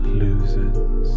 loses